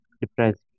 depressed